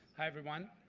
hi everyone.